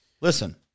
Listen